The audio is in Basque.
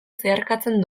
zeharkatzen